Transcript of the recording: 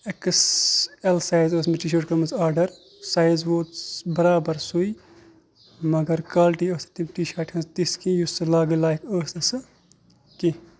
x L size أسۍ مےٚ T shirt کٔرمٕژ آرڈر سایز ووٚت برابر سُیٕے مَگر کالٹی ٲسۍ نہٕ تَمہِ ٹی شاٹہِ ہنٛز تِژھ کیٚنٛہہ یِژھ لاگٕنۍ لایَق ٲسۍ نہٕ سۄ کیٚنٛہہ